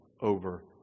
over